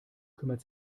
kümmert